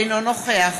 אינו נוכח